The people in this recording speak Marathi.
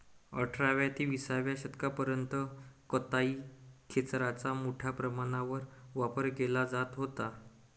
अठराव्या ते विसाव्या शतकापर्यंत कताई खेचराचा मोठ्या प्रमाणावर वापर केला जात होता